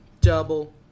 double